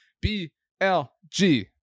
B-L-G